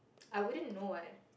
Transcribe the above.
I wouldn't know one